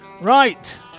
right